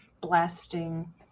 blasting